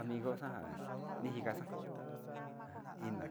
amigo xa'a niji ngaxa'a, njan iná.